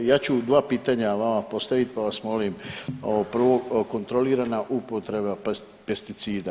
Ja ću dva pitanja vama postaviti pa vas molim ovo prvo, kontrolirana upotreba pesticida.